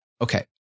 Okay